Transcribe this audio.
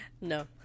No